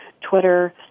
Twitter